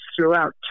throughout